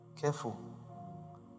Careful